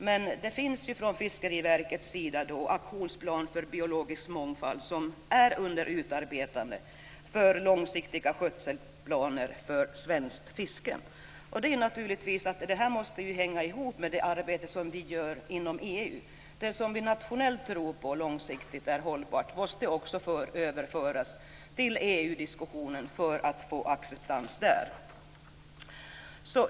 Men i Fiskeriverkets aktionsplan för biologisk mångfald ingår utarbetande av långsiktiga skötselplaner för svenskt fiske. Det här måste naturligtvis hänga ihop med det arbete som vi gör inom EU. Det som vi nationellt tror på som långsiktigt hållbart måste också överföras till EU diskussionen för att få acceptans där.